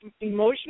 emotional